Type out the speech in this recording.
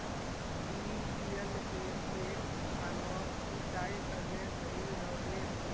डिरिपयंऋ से खेत खानोक सिंचाई करले सही रोडेर?